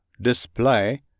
display